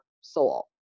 soul